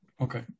Okay